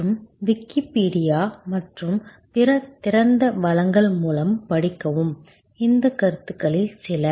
மற்றும் விக்கிபீடியா மற்றும் பிற திறந்த வளங்கள் மூலம் படிக்கவும் இந்த கருத்துகளில் சில